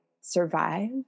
survive